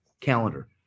calendar